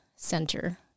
center